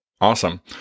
Awesome